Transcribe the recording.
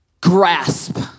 grasp